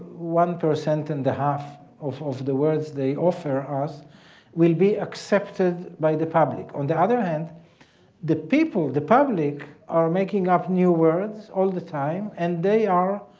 one percent and a half of of the words they offer us will be accepted by the public. on the other hand the people, the public are making up new words all the time and they are